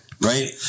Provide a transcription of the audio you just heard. right